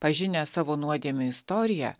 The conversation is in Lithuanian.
pažinę savo nuodėmių istoriją